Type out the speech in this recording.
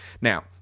Now